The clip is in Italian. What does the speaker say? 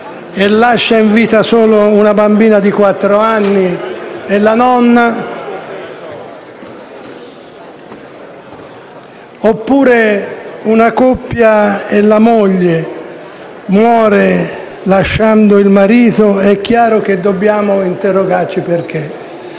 e lascia in vita solo una bambina di due anni e la nonna, oppure, in una coppia, la moglie muore lasciando il marito, è chiaro che dobbiamo interrogarci sul perché.